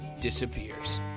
disappears